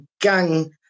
gang